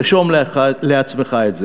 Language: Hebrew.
רשום לעצמך את זה.